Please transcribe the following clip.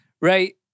Right